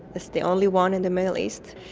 it's the only one in the middle east.